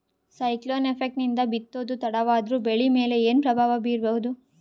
Cyclone effect ನಿಂದ ಬಿತ್ತೋದು ತಡವಾದರೂ ಬೆಳಿ ಮೇಲೆ ಏನು ಪ್ರಭಾವ ಬೀರಬಹುದು?